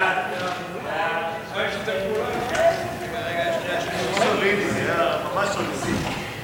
הודעת הממשלה בדבר העברת סמכויות משר הפנים לשר לביטחון פנים נתקבלה.